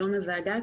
שלום לוועדה,